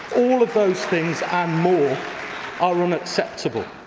all of those things and more ah unacceptable.